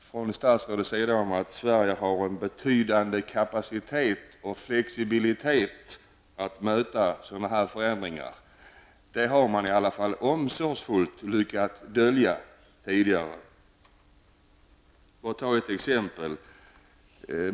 Statsrådet säger att Sverige har en betydande kapacitet och flexibilitet att möta sådana här förändringar. Det har man i alla fall omsorgsfullt lyckats dölja tidigare. Jag skall nämna ett exempel.